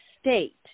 state